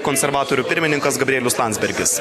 konservatorių pirmininkas gabrielius landsbergis